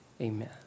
Amen